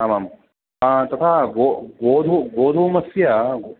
आमाम् तथा गो गोधू गोधूमस्य